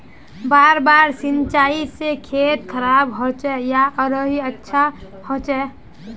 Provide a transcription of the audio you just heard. बार बार सिंचाई से खेत खराब होचे या आरोहो अच्छा होचए?